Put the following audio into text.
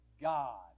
God